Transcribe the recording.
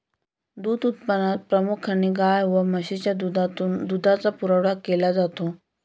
दूध उत्पादनात प्रामुख्याने गाय व म्हशीच्या दुधातून दुधाचा पुरवठा केला जातो